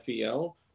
FEL